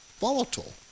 volatile